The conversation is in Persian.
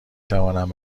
توانم